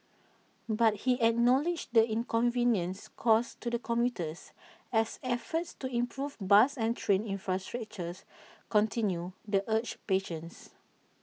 but he acknowledged the inconvenience caused to the commuters as efforts to improve bus and train infrastructures continue the urged patience